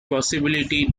possibility